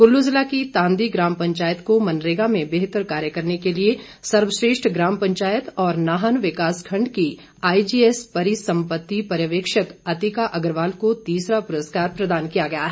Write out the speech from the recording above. कुल्लू जिला की तांदी ग्राम पंचायत को मनरेगा में बेहतर कार्य करने के लिए सर्वश्रेष्ठ ग्राम पंचायत और नाहन विकास खंड की आईजीएस परि संपत्ति पर्यवेक्षक अतिका अग्रवाल को तीसरा प्ररस्कार प्रदान किया गया है